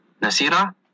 Nasira